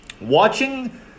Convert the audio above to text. watching